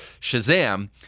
Shazam